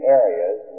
areas